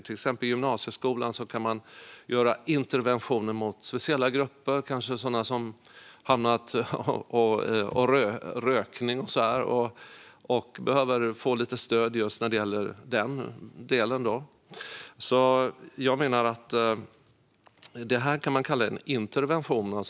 I till exempel gymnasieskolan kan man göra interventioner mot speciella grupper, kanske till stöd för att sluta röka. Jag menar att fritidspengen kan kallas en intervention.